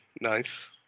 Nice